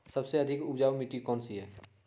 सबसे अधिक उपजाऊ मिट्टी कौन सी हैं?